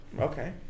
Okay